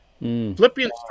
Philippians